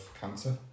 cancer